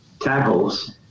tackles